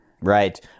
Right